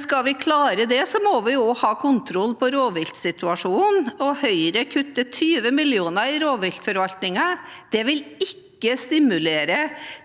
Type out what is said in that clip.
skal vi klare det, må vi også ha kontroll på rovviltsituasjonen, og Høyre kutter 20 mill. kr i rovviltforvaltningen. Det vil ikke stimulere